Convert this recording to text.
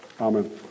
Amen